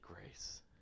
grace